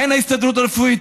הן ההסתדרות הרפואית,